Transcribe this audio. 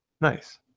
nice